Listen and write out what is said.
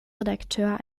redakteur